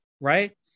right